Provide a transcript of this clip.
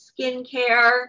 skincare